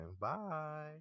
bye